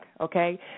okay